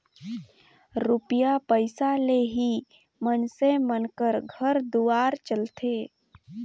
रूपिया पइसा ले ही मइनसे मन कर घर दुवार चलथे